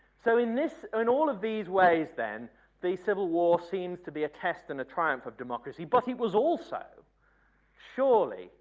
so in this in all of these ways then the civil war seems to be a test in the triumph of democracy. but it was also surely